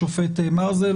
השופט מרזל,